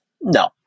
No